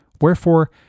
Wherefore